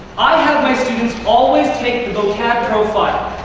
i have my students always take the vocab profile.